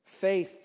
faith